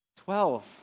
Twelve